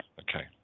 Okay